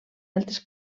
altres